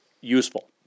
useful